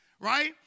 Right